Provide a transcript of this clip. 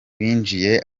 winjiye